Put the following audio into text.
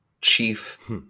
chief